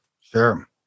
Sure